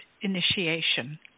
initiation